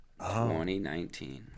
2019